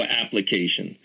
application